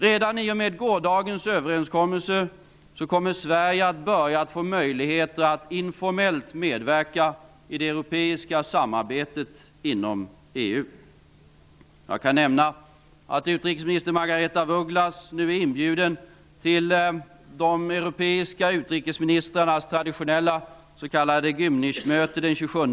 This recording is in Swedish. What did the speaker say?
Redan i och med gårdagens överenskommelse kommer Sverige att börja få möjligheter att informellt medverka i det europeiska samarbetet inom EU. Jag kan nämna att utrikesminister Margaretha af Ugglas nu är inbjuden till de europeiska utrikesministrarnas traditionella s.k. Gymnichmöte den 27 mars.